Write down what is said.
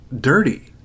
dirty